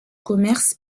commerce